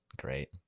great